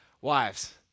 Wives